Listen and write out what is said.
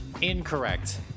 incorrect